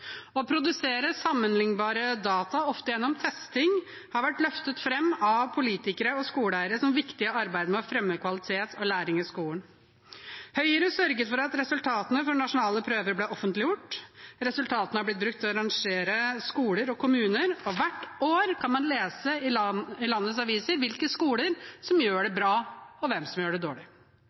Å produsere sammenliknbare data, ofte gjennom testing, har vært løftet fram av politikere og skoleeiere som viktig i arbeidet med å fremme kvalitet og læring i skolen. Høyre sørget for at resultatene fra nasjonale prøver ble offentliggjort. Resultatene har blitt brukt til å rangere skoler og kommuner, og hvert år kan man lese i landets aviser hvilke skoler som gjør det bra, og hvem som gjør det dårlig.